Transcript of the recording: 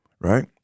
right